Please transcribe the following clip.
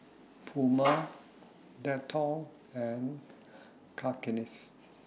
Puma Dettol and Cakenis